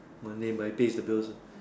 Monday my pay is the bills uh